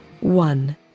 one